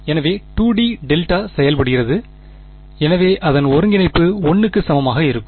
எனவே 2 d delta செயல்படுகிறது எனவே அதன் ஒருங்கிணைப்பு 1 க்கு சமமாக இருக்கும்